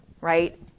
right